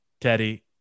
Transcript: Teddy